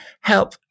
help